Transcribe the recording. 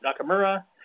Nakamura